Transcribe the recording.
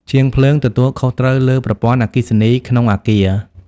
ជាងភ្លើងទទួលខុសត្រូវលើប្រព័ន្ធអគ្គិសនីក្នុងអគារ។